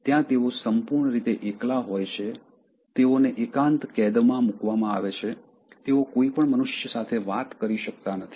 ત્યાં તેઓ સંપૂર્ણ રીતે એકલા હોય છે તેઓને એકાંત કેદમાં મૂકવામાં આવે છે તેઓ કોઈ પણ મનુષ્ય સાથે વાત કરી શકતા નથી